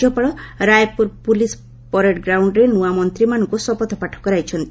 ରାଜ୍ୟପାଳ Raipur police parade ଗ୍ରାଉଣ୍ଡରେ ନୂଆ ମନ୍ତିମାନଙ୍କୁ ଶପଥପାଠ କରାଇଛନ୍ତି